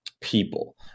people